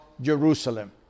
Jerusalem